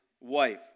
wife